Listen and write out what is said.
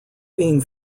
being